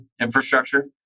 infrastructure